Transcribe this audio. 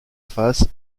face